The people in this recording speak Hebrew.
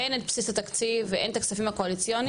הן על בסיס התקציב והן את הכספים הקואליציוניים.